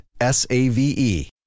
S-A-V-E